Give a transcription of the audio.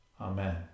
Amen